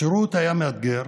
השירות היה מאתגר